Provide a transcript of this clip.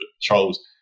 Charles